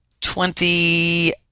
twenty